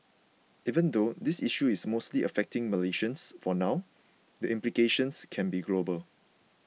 even though this issue is mostly affecting Malaysians for now the implications can be global